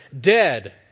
dead